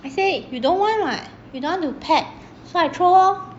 I say you don't want [what] you don't want to pack so I throw lor